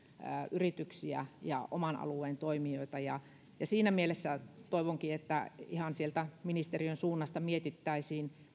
yrityksiä ja oman alueen toimijoita siinä mielessä toivonkin että ihan sieltä ministeriön suunnasta mietittäisiin sitä että